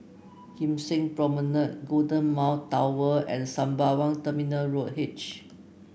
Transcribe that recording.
Kim Seng Promenade Golden Mile Tower and Sembawang Terminal Road H